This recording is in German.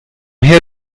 her